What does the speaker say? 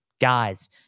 guys